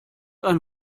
ein